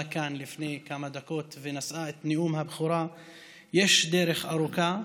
כאן לפני כמה דקות ונשאה את נאום הבכורה יש דרך ארוכה,